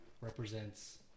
represents